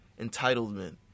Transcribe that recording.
entitlement